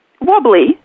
Wobbly